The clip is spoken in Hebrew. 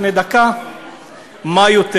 מה יותר?